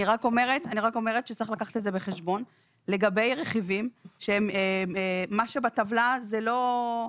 אני רק אומרת שצריך לקחת את זה בחשבון לגבי רכיבים שהם מה שבטבלה זה לא,